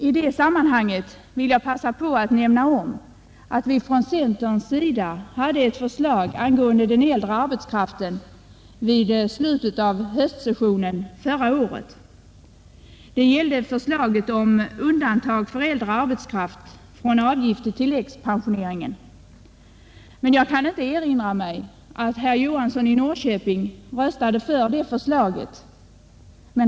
I det sammanhanget vill jag passa på att nämna att vi vid slutet av höstsessionen förra året behandlade ett förslag från centerns sida angående den äldre arbetskraften. Det gällde undantag för äldre arbetskraft för avgift till tilläggspensioneringen, men jag kan inte erinra mig att herr Johansson i Norrköping röstade för det förslaget.